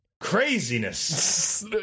Craziness